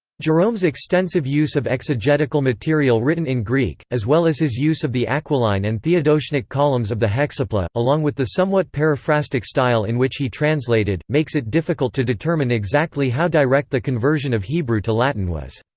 jerome's extensive use of exegetical material written in greek, as well as his use of the aquiline and theodotiontic columns of the hexapla, along with the somewhat paraphrastic style in which he translated, makes it difficult to determine exactly how direct the conversion of hebrew to latin was.